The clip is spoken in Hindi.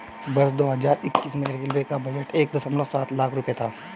वर्ष दो हज़ार इक्कीस में रेलवे का बजट एक दशमलव सात लाख रूपये था